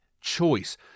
choice